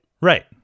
Right